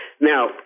Now